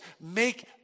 Make